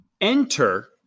Enter